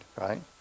right